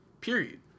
Period